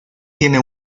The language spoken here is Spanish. tiene